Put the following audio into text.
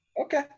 Okay